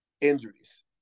injuries